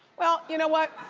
well, you know what?